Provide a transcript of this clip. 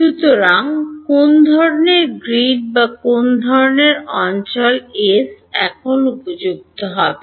সুতরাং কোন ধরণের গ্রিড বা কোন ধরণের অঞ্চল S এখন উপযুক্ত হবে